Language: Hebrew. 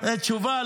תשובה,